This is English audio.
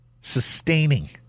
sustaining